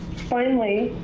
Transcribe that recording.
finally,